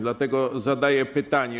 Dlatego zadaję pytanie.